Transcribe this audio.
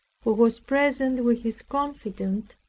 who was present with his confidant,